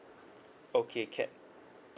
okay can